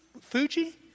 Fuji